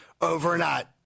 overnight